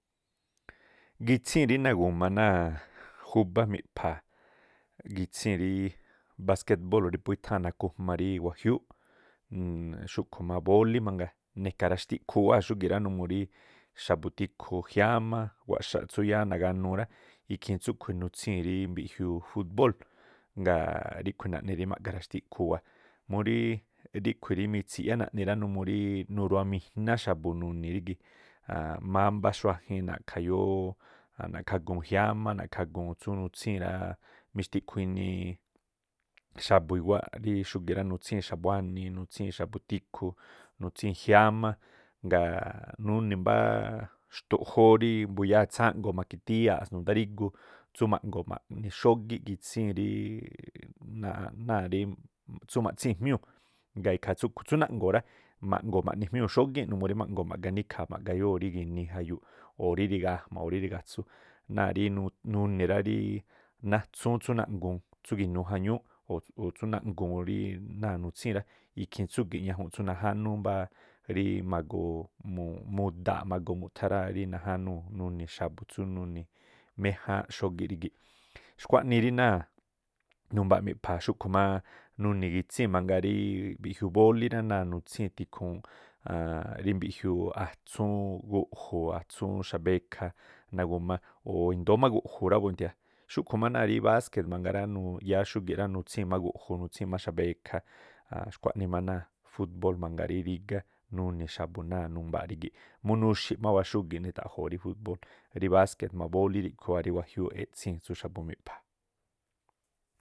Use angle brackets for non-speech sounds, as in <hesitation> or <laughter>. Gitsíi̱n rii nagu̱ma náa̱ khúbá miꞌpha̱a̱a gitsíi̱n rí baskeꞌbóo̱ rí phú i̱tháa̱n nakujma rí wajiúúꞌ, <hesitation> xúꞌkhu̱ má bolí mnagaa ne̱ka̱ raxtiꞌkhuu wáa̱ xúgi̱ rá, numuu rí xa̱bu̱ tikhu jiámá, waꞌxaꞌ tsú yáá naganuu rá ikhiin tsúku̱ nitsíi̱n rí mbiꞌjiuu fútꞌbóo̱l, ngaa̱ ríꞌkhu̱ naꞌni rí ma̱ga raxtikhuu wáa̱, murí ríꞌkhui̱ rí mitsiꞌyá naꞌni rá numuu rí nuruwaminjá xa̱bu̱ nuni̱ rí gii̱. <hesitation> mambá xuajin na̱khayoo, na̱kha̱gúu̱n jiámá, na̱kha̱gúu̱n tsup nutsíi̱n rá, mixtiꞌkhu inii xa̱bu̱ iwá rí xúgi̱ rá nutsíi̱n xa̱buanii, nutsíi̱n xa̱bu̱ tikhu, nutsíi̱n jiámá ngaaꞌ nuni̱ mbá xtuꞌjóó rí mbuyáa̱ tsáá ájngo̱o̱ maki̱tíyáa̱ꞌ ndáriguu tsú maꞌngo̱o̱ maꞌni xógíꞌ gitsii̱n ríí naaꞌ- náa̱- rí tsú maꞌtsíi̱n jmiúu̱ ngaa̱ ikhaa tsú- tsú- naꞌngo̱o̱ rá maꞌngo̱o̱ maꞌnii̱ jmiúu̱ xógii̱nꞌ numuu rí maꞌganí ikhaa̱ ma̱ꞌgayoo̱ rí gi̱nii jayuu, o̱ rí rigajma̱ o̱ rí rigatsú. Náa̱ rí muni̱ rá natsúún tsú naꞌnguu̱n naꞌnguu̱n tsú ginuu jañúú o tsú naꞌguu̱n náa̱ nutsíi̱n rá, ikhin tsúgi̱ꞌ ñajuunꞌ tsú najánúú mbáá rí magoo mdaa̱ꞌ magoo miuthá rá ri najánúú̱ ini̱ xa̱bu̱ tsú nuni̱̱ méjáánꞌ xógíꞌ rígi̱ꞌ, xkuanii rí náa̱ numbaa miꞌpha̱a̱a. Xúꞌkhu̱ má nuni̱ gitsíi̱n mangaa rí mbijiuu bolí rá náa̱ nutsíi̱n tikhuun <hesitation> rí mbiꞌjiuu atsúún guꞌju̱ atsúún xa̱bekha o̱ indóó má guꞌju̱ rabuntia xúku̱ má náa̱ baskeꞌ mangaa rá nuꞌyáá xúgi̱ꞌ rá nitsíi̱n má guꞌju̱, nitsíi̱n má xa̱bekha <hesitation> xkhuaꞌnii má náa̱ fútꞌbóo̱l mangaa rí rígá nuni̱ xa̱bu̱ náa̱ numbaa̱ rígi̱ꞌ múú nuxi̱ꞌ máwáa̱ nita̱ꞌjo̱o̱ rí fútꞌbóo̱l, rí baskeꞌ jma̱a bolí ríꞌkhui rí wajiúúꞌ eꞌtsíi̱n tsú xa̱bu̱ miꞌpha̱a̱.